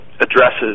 addresses